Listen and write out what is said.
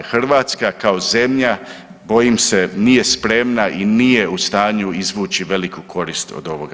Hrvatska kao zemlja bojim se nije spremna i nije u stanju izvući veliku korist od ovoga.